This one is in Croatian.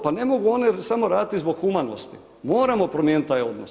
Pa ne mogu oni samo raditi zbog humanosti, moramo promijeniti taj odnos.